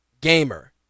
gamer